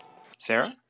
Sarah